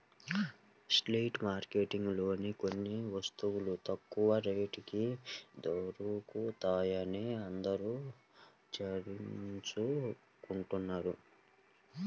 street మార్కెట్లలోనే కొన్ని వస్తువులు తక్కువ రేటుకి దొరుకుతాయని అందరూ చర్చించుకుంటున్నారు